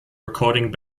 recording